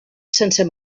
sense